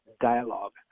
dialogue